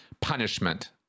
punishment